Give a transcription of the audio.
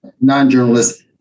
non-journalists